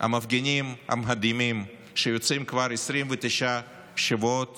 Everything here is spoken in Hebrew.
המפגינים המדהימים, שיוצאים כבר 29 שבועות